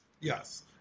Yes